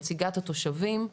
נציגת התושבים.